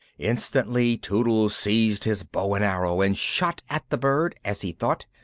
instantly, tootles seized his bow and arrow, and shot at the bird, as he thought,